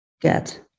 get